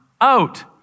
out